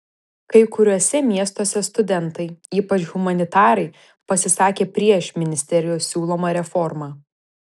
kai kuriuose miestuose studentai ypač humanitarai pasisakė prieš ministerijos siūlomą reformą